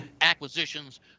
acquisitions